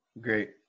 Great